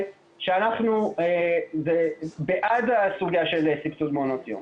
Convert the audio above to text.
שאנחנו בעד הסוגיה של סבסוד מעונות יום?